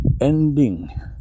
Ending